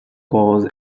cause